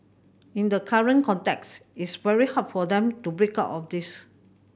in the current context it's very hard for them to break out of this